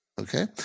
Okay